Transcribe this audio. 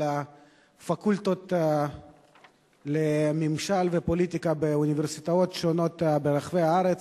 הפקולטות לממשל ופוליטיקה באוניברסיטאות שונות ברחבי הארץ,